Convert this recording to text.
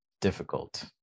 difficult